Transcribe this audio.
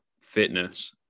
fitness